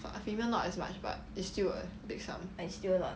but female not as much but it's still a big sum